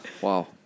wow